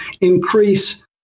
increase